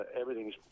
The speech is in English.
everything's